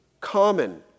common